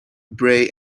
bray